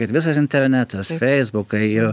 kad visas internetas feisbukai